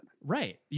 Right